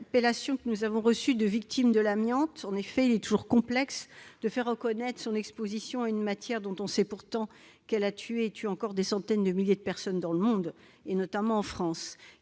que nous avons reçue de la part de victimes de l'amiante. En effet, il est toujours complexe de faire reconnaître son exposition à une matière dont on sait pourtant qu'elle a tué, et qu'elle continue de tuer, des centaines de milliers de personnes dans le monde, notamment en France.